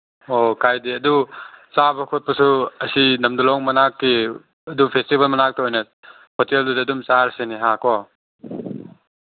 ꯑꯣ ꯀꯥꯏꯗꯦ ꯑꯗꯨ ꯆꯥꯕ ꯈꯣꯠꯄꯁꯨ ꯑꯁꯤ ꯂꯝꯗꯨꯂꯣꯡ ꯃꯅꯥꯛꯀꯤ ꯑꯗꯨ ꯐꯦꯁꯇꯤꯕꯦꯜ ꯃꯅꯥꯛꯇ ꯑꯣꯏꯅ ꯍꯣꯇꯦꯜꯗꯨꯗ ꯑꯗꯨꯝ ꯆꯥꯔꯁꯤꯅꯦ ꯍꯥ ꯀꯣ